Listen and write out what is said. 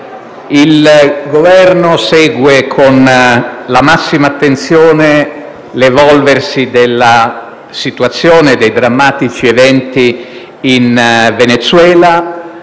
il Governo segue con la massima attenzione l'evolversi dei drammatici eventi in Venezuela,